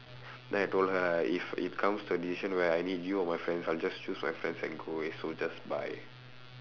then I told her ah if it comes to a decision where I need you or my friends I'll just choose my friends and go away so just bye